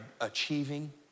achieving